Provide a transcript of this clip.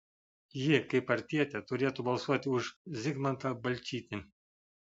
ji kaip partietė turėtų balsuoti už zigmantą balčytį